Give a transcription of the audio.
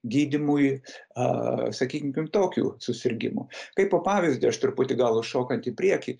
gydymui a sakykim kitokių tokių susirgimų kaipo pavyzdį aš truputį gal ir šokant į priekį